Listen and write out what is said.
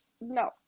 No